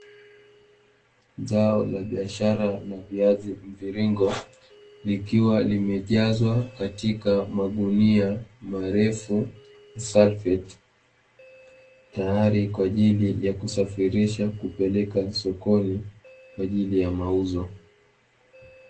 Zao la biashara la viazi mviringo likiwa limejazwa katika magunia marefu " Salfeti" tayari kwa ajili ya kusafirisha kupeleka sokoni kwa ajili ya mauzo.